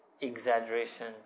exaggeration